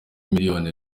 miliyoni